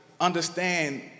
understand